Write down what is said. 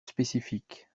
spécifique